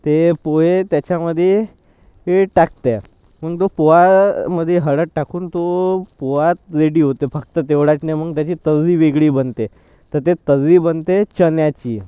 ते पोहे त्याच्यामध्ये हे टाकतात मग तो पोहामध्ये हळद टाकून तो पोहा रेडी होते फक्त तेवढाच नाही मग त्याची तर्री वेगळी बनते तर ते तर्री बनते चण्याची